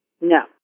No